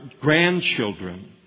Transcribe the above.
grandchildren